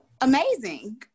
amazing